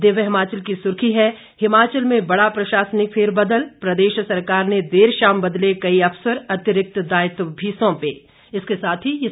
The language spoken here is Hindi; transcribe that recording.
दिव्य हिमाचल की सुर्खी है हिमाचल में बड़ा प्रशासनिक फेरबदल प्रदेश सरकार ने देर शाम बदले कई अफसर अतिरिक्त दायित्व भी सौंपे